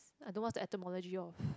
I don't what's the etymology of